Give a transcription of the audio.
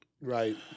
right